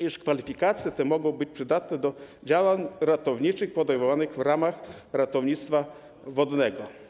iż kwalifikacje te mogą być przydatne do działań ratowniczych podejmowanych w ramach ratownictwa wodnego.